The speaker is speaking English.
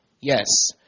Yes